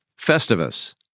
Festivus